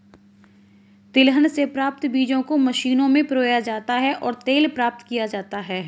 तिलहन से प्राप्त बीजों को मशीनों में पिरोया जाता है और तेल प्राप्त किया जाता है